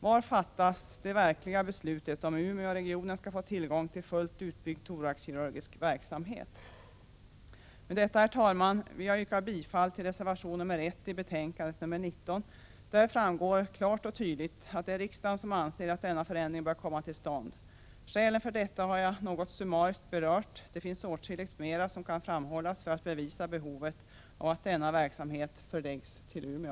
Var fattas det verkliga beslutet i frågan om Umeåregionen skall få tillgång till fullt utbyggd thoraxkirurgisk verksamhet? Med detta, herr talman, vill jag yrka bifall till reservation 1 i betänkandet nr 19. Där framgår klart och tydligt att riksdagen anser att denna förändring bör komma till stånd. Skälen för detta har jag något summariskt berört. Åtskilligt mera kan framhållas för att visa behovet av att denna verksamhet förläggs till Umeå.